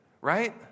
right